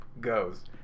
goes